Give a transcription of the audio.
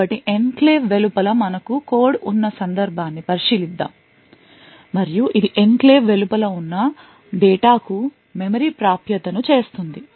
కాబట్టి ఎన్క్లేవ్ వెలుపల మనకు కోడ్ ఉన్న సందర్భాన్ని పరిశీలిద్దాం మరియు ఇది ఎన్క్లేవ్ వెలుపల ఉన్న డేటాకు మెమరీ ప్రాప్యతను చేస్తుంది